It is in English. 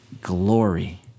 glory